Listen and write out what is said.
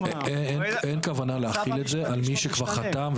אין כוונה להחיל את זה על מי שכבר חתם,